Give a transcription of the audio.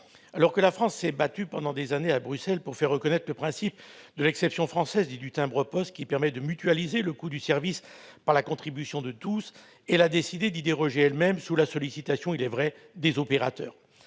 Alors que la France s'est battue pendant des années à Bruxelles pour faire reconnaître le principe de l'exception française dite du timbre-poste, qui permet de mutualiser le coût d'un service par la contribution de tous, elle a décidé d'y déroger elle-même, sous la sollicitation- il est vrai -des opérateurs.